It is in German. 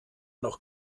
noch